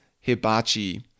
Hibachi